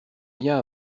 vient